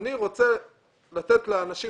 שהוא רוצה לתת לאנשים